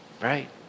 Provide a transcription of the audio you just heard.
Right